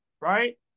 right